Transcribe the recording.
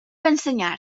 ensenyar